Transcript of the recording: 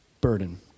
burden